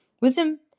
Wisdom